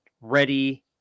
ready